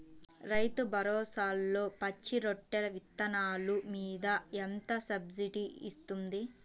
రైతు భరోసాలో పచ్చి రొట్టె విత్తనాలు మీద ఎంత సబ్సిడీ ఇస్తుంది?